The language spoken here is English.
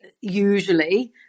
usually